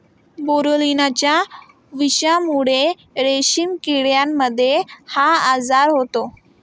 बोरोलिनाच्या विषाणूमुळे रेशीम किड्यांमध्ये हा आजार होतो